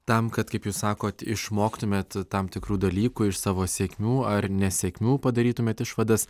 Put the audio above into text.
tam kad kaip jūs sakot išmoktumėt tam tikrų dalykų iš savo sėkmių ar nesėkmių padarytumėt išvadas